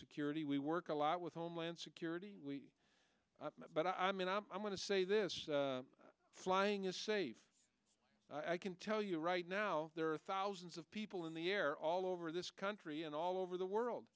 security we work a lot with homeland security but i mean i'm going to say this flying is safe i can tell you right now there are thousands of people in the air all over this country and all over the world